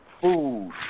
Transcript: food